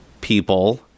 people